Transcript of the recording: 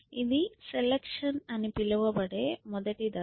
ఇది సెలక్షన్ అని పిలువబడే మొదటి దశ